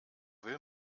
will